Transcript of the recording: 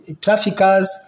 traffickers